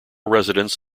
residents